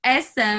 SM